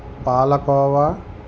palkova